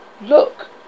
Look